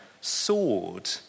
sword